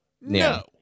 No